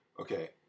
Okay